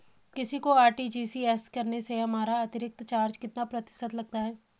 किसी को आर.टी.जी.एस करने से हमारा अतिरिक्त चार्ज कितने प्रतिशत लगता है?